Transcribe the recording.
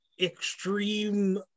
extreme